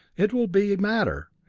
it will be matter,